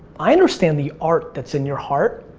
i understand the art that's in your heart,